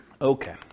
Okay